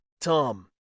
tom